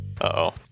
Uh-oh